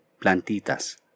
plantitas